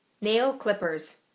Nail-clippers